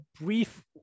brief